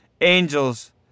angels